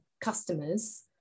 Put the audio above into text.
customers